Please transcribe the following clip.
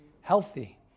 healthy